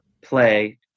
play